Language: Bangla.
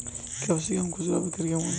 ক্যাপসিকাম খুচরা বিক্রি কেমন?